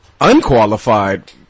unqualified